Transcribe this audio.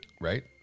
Right